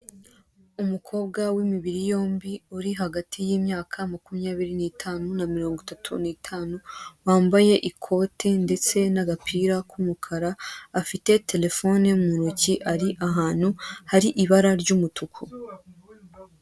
Umukobwa w'imibiri yombi uri hagati y'imyaka makumyari n'itanu na mirongo itatu n'itanu, wambaye ikote ndetse n'agapira k'umukara, afite telefone mu ntoki ari ahantu hari ibara ry'umutuku.